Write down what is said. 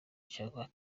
cyangwa